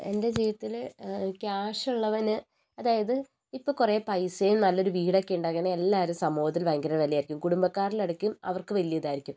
എൻ്റെ ജീവിതത്തിൽ ക്യാഷൊള്ളവന് അതായത് ഇപ്പം കുറെ പൈസയും നല്ലൊരു വീടൊക്കെയുണ്ടാക്കാണെൽ എല്ലാവരും സമൂഹത്തിൽ ഭയങ്കര വിലയായിരിക്കും കുടുംബക്കാരുടെ ഇടയ്ക്കും അവർക്ക് വലിയൊരു ഇതായിരിക്കും